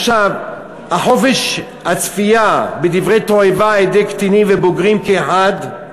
חופש הצפייה בדברי תועבה על-ידי קטינים ובוגרים כאחד,